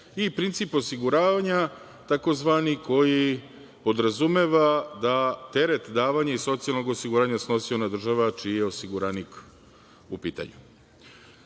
i princip osiguravanja tzv. koji podrazumeva da terete davanja i socijalnog osiguranja snosi ona država čiji je osiguranik u pitanju. Koliko